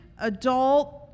adult